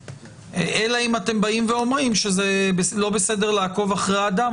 אלא אם אתם באים ואומרים שזה לא בסדר לעקוב אחרי אדם,